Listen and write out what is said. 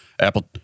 Apple